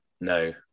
no